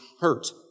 hurt